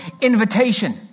invitation